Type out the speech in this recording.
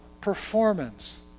performance